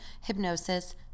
hypnosis